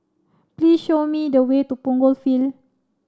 please show me the way to Punggol Field